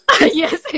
yes